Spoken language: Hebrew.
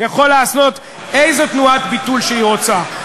יכול לעשות איזו תנועת ביטול שאתה רוצה.